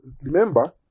remember